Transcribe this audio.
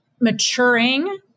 maturing